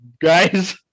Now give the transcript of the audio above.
guys